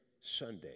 Sunday